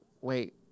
wait